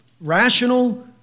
rational